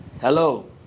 Hello